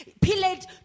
Pilate